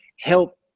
help